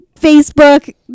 Facebook